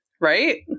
Right